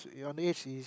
your underage is